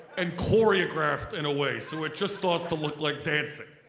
and choreographed in a way so it just starts to look like dancing.